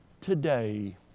today